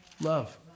Love